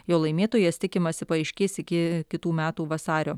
jo laimėtojas tikimasi paaiškės iki kitų metų vasario